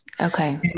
Okay